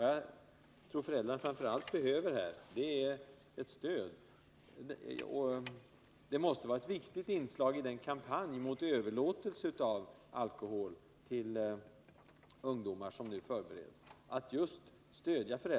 Vad föräldrarna framför allt behöver är stöd, och det måste vara ett viktigt inslag i den kampanj mot överlåtelse av alkohol till ungdomar som nu förberedes.